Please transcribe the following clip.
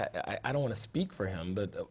i don't want to speak for him but,